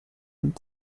and